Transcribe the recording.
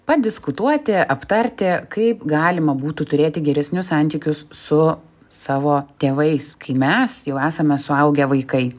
padiskutuoti aptarti kaip galima būtų turėti geresnius santykius su savo tėvais kai mes jau esame suaugę vaikai